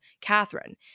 Catherine